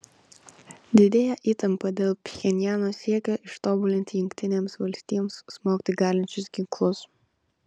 didėja įtampa dėl pchenjano siekio ištobulinti jungtinėms valstijoms smogti galinčius ginklus